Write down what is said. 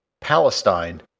Palestine